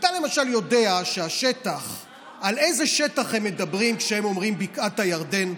אתה למשל ידע על איזה שטח הם מדברים כשהם אומרים "בקעת הירדן"?